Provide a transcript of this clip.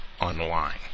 online